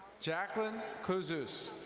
jacqueline couzeus.